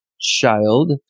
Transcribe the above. child